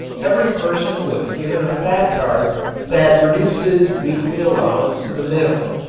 every person was given a fat card that reduced his weekly allowance to the minimum.